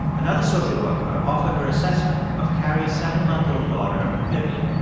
another social worker offered her assessment of carrie's seven month old daughter, vivian.